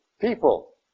people